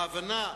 ההבנה,